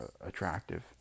attractive